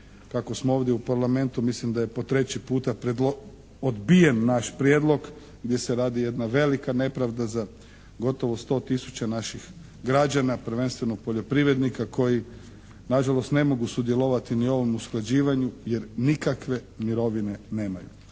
kako smo ovdje u Parlamentu mislim da je po treći puta odbijen naš prijedlog gdje se radi jedna velika nepravda za gotovo 100 tisuća naših građana prvenstveno poljoprivrednika koji nažalost ne mogu sudjelovati ni ovom usklađivanju jer nikakve mirovine nemaju.